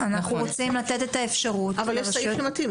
אנחנו רוצים לתת את האפשרות --- אבל יש סעיף שמתאים.